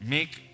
Make